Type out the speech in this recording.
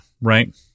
right